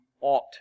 ought